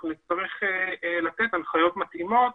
אנחנו נצטרך לתת הנחיות מתאימות